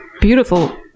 beautiful